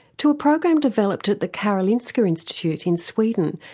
to a program developed at the karolinska institute in sweden,